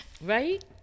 right